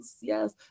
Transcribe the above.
yes